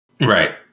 Right